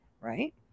right